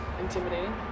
...intimidating